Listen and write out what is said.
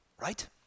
right